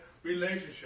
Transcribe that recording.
Relationship